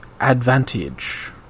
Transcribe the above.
advantage